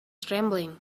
trembling